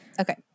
Okay